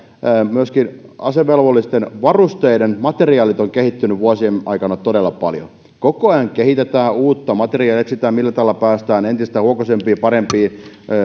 myöskin asevelvollisten varusteiden materiaalit ovat kehittyneet vuosien aikana todella paljon koko ajan kehitetään uutta materiaalia ja etsitään millä tavalla päästään entistä huokoisempiin ja parempiin